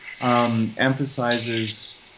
emphasizes